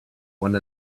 one